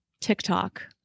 TikTok